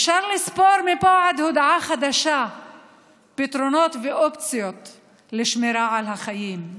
אפשר לספור מפה עד הודעה חדשה פתרונות ואופציות לשמירה על החיים,